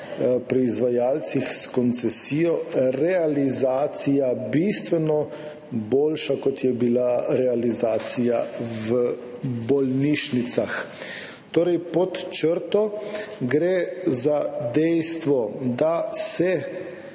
pri izvajalcih s koncesijo realizacija bistveno boljša kot je bila realizacija v bolnišnicah. Torej, pod črto, gre za dejstvo, da